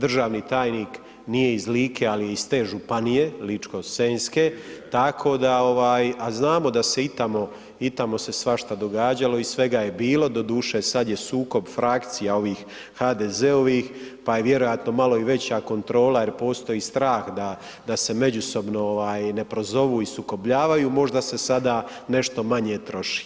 Državni tajnik nije iz Like, ali je iz te županije Ličko-senjske, tako da ovaj, a znamo da se i tamo i tamo se svašta događalo i svega je bilo, doduše sad je sukob frakcija ovih HDZ-ovih, pa je vjerojatno malo i veća kontrola jer postoji strah da, da se međusobno ovaj ne prozovu i sukobljavaju, možda se sada možda nešto manje troši.